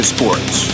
Sports